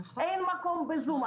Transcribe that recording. אין מקום בזום.